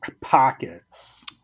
pockets